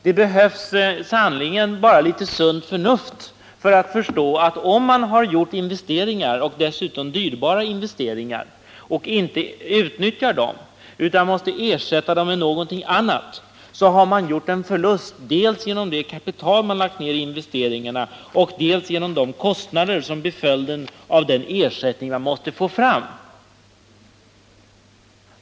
Det behövs sannerligen bara litet sunt förnuft för att förstå att om man har gjort investeringar — dyrbara investeringar — och inte utnyttjar dem, utan måste ersätta dem med något annat, då har man gjort en förlust dels genom det kapital man har lagt ned i investeringarna, dels genom de kostnader som blir följden av den ersättning man måste få fram.